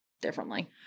differently